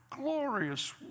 glorious